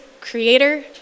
creator